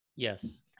Yes